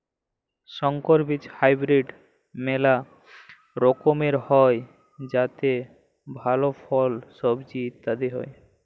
সংকর বীজ হাইব্রিড মেলা রকমের হ্যয় যাতে ভাল ফল, সবজি ইত্যাদি হ্য়য়